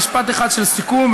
משפט אחד של סיכום,